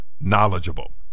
knowledgeable